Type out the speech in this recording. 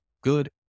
good